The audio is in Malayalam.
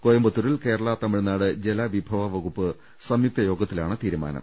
കോയമ്പത്തൂരിൽ കേരള തമിഴ്നാട് ജലവിഭവ വകുപ്പ് സംയുക്ത യോഗത്തിലാണ് തീരുമാനം